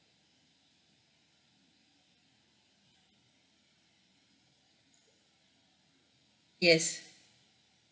yes